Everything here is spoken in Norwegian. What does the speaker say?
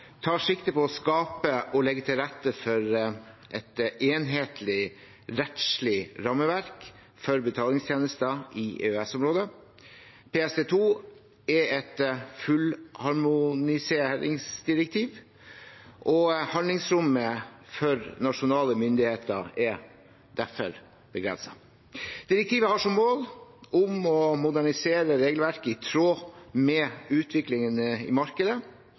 tar sikte på å skape og legge til rette for et enhetlig rettslig rammeverk for betalingstjenester i EØS-området. PSD2 er et fullharmoniseringsdirektiv, og handlingsrommet for nasjonale myndigheter er derfor begrenset. Direktivet har som mål å modernisere regelverket i tråd med utviklingen i markedet,